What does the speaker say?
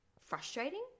frustrating